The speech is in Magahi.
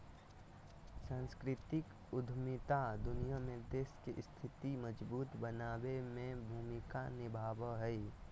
सांस्कृतिक उद्यमिता दुनिया में देश के स्थिति मजबूत बनाबे में भूमिका निभाबो हय